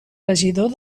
regidor